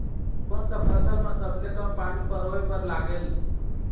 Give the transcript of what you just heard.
कोन सा फसल मा सबले कम पानी परोए बर लगेल?